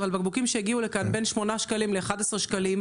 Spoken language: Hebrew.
אבל בקבוקים שהגיעו לכאן בין שמונה שקלים ל-11 שקלים,